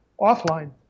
offline